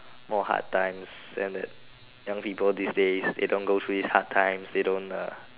more hard times than the young people these days they don't go through hard times they don't